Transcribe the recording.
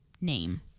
name